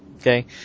okay